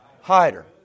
hider